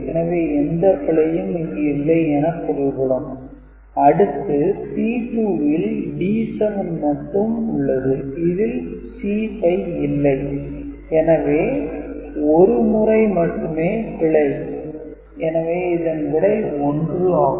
எனவே எந்த பிழையும் இங்கு இல்லை என பொருள்படும் அடுத்து C2 ல் D7 மட்டும் உள்ளது இதில் C5 இல்லை எனவே 1 முறை மட்டும் பிழை எனவே இதன் விடை 1 ஆகும்